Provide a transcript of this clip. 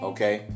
Okay